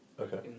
Okay